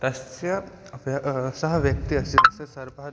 तस्य सा व्यक्तिः अस्ति तस्य सर्पः